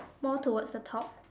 more towards the top